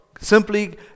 simply